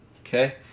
Okay